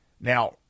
Now